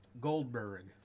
Goldberg